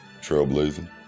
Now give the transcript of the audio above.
trailblazing